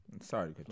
Sorry